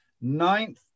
ninth